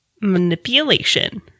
Manipulation